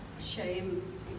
shame